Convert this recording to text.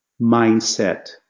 mindset